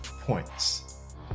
points